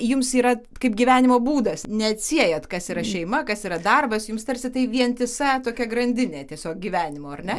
jums yra kaip gyvenimo būdas neatsiejat kas yra šeima kas yra darbas jums tarsi tai vientisa tokia grandinė tiesiog gyvenimo ar ne